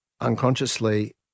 unconsciously